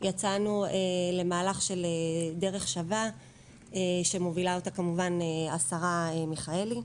יצאנו למהלך של דרך שווה שמובילה אותה כמובן השרה מיכאלי.